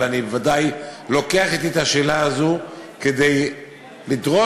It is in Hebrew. אבל אני בוודאי לוקח אתי את השאלה הזו כדי לדרוש,